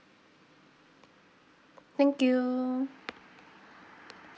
thank you